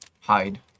hide